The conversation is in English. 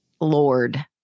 lord